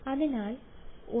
അതിനാൽ ഒന്നുകിൽ 0 ബൈ 0